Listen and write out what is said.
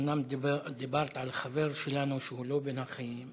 אומנם דיברת על חבר שלנו שהוא לא בין החיים,